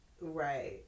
Right